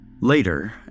Later